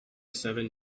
seven